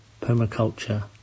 permaculture